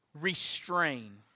restrain